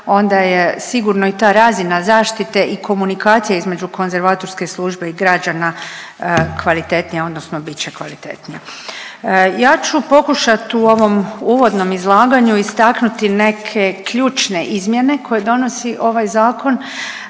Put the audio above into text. onda je sigurno i ta razina zaštite i komunikacija između konzervatorske službe i građana kvalitetnija odnosno bit će kvalitetnija. Ja ću pokušat u ovom uvodnom izlaganju istaknuti neke ključne izmjene koje donosi ovaj zakon,